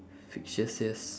fictitious